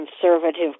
conservative